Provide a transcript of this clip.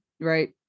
Right